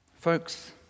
Folks